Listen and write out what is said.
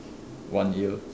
one here